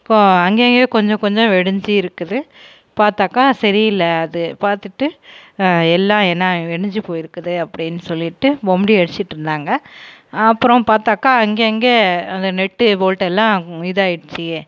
இப்போ அங்கங்கேயே கொஞ்ச கொஞ்ச வெடிஞ்சு இருக்குது பார்த்தாக்கா சரி இல்லை அது பார்த்துட்டு எல்லா என்னா வெடிஞ்சு போயிருக்குது அப்படின்னு சொல்லிவிட்டு பொம்டி அடிச்சிட்டுருந்தாங்க அப்புறோம் பார்த்தாக்கா அங்கங்கே அந்த நெட்டு போல்ட்டெல்லாம் இதாயிடுச்சு